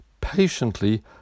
patiently